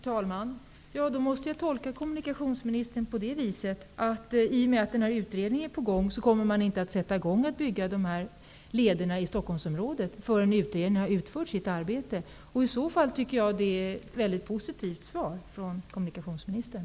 Fru talman! Då måste jag tolka kommunikationsministern på det viset att man inte kommer att sätta i gång med att bygga de här lederna i Stockholmsområdet, förrän den här utredningen har slutfört sitt arbete. I så fall är det ett väldigt positivt svar av kommunikationsministern.